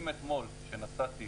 אם אתמול כשנסעתי,